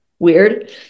weird